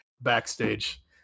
backstage